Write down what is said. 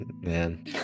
Man